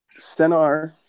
Stenar